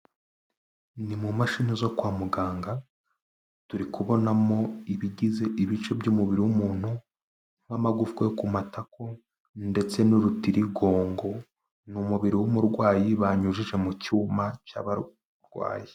Ni mu mashini zo kwa muganga, turi kubonamo ibigize ibice by'umubiri w'umuntu nk'amagufa yo ku matako ndetse n'urutirigongo, ni umubiri w'umurwayi banyujije mu cyuma cy'abarwayi.